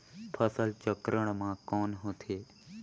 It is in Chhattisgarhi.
फसल चक्रण मा कौन होथे?